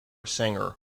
singer